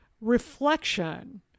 reflection